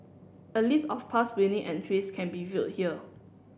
a list of past winning entries can be viewed here